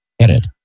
Edit